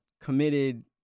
committed